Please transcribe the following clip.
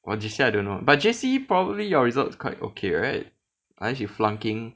!wah! J_C I don't know but J_C probably your results quite okay right unless you flunking